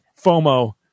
FOMO